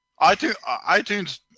iTunes